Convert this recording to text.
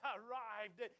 arrived